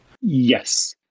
Yes